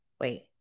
wait